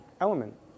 element